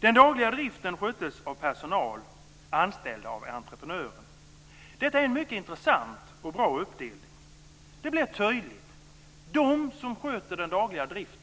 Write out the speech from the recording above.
Den dagliga driften sköttes av personal anställd av entreprenören. Detta är en mycket intressant och bra uppdelning. Det blir tydligt. De som sköter den dagliga driften